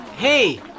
Hey